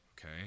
okay